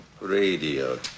radio